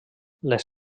les